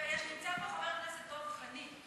נמצא פה חבר הכנסת דב חנין.